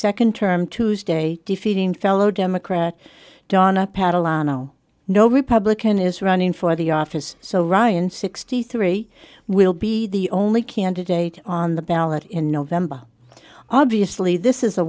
a nd term tuesday defeating fellow democrat donna paddle a no no republican is running for the office so ryan sixty three will be the only candidate on the ballot in november obviously this is a